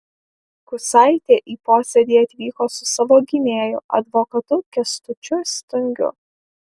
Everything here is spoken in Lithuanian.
kusaitė į posėdį atvyko su savo gynėju advokatu kęstučiu stungiu